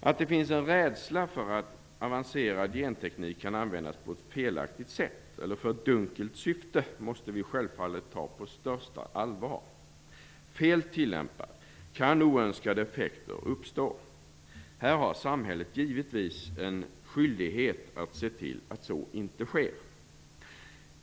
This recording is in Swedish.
Att det finns en rädsla för att avancerad genteknik kan användas på ett felaktigt sätt eller för ett dunkelt syfte måste vi självfallet ta på största allvar. Fel tilllämpad kan gentekniken leda till att oönskade effekter uppstår. Här har samhället givetvis en skyldighet att se till att så inte sker.